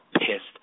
pissed